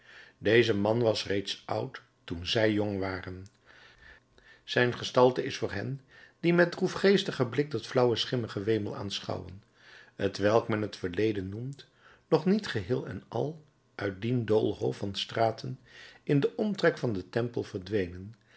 deze man was reeds oud toen zij jong waren zijn gestalte is voor hen die met droefgeestigen blik dat flauwe schimmengewemel aanschouwen t welk men het verleden noemt nog niet geheel en al uit dien doolhof van straten in den omtrek van den temple verdwenen